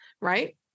right